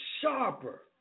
sharper